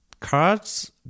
Cards